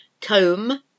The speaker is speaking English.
Comb